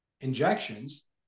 injections